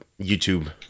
YouTube